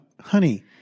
Honey